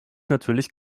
natürlich